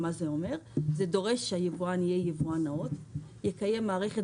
זה אומר שהיבואן צריך להיות יבואן נאות שמקיים מערכת